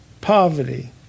poverty